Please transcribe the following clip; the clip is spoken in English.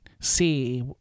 see